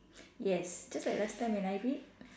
yes just like last time when I read